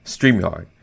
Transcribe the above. StreamYard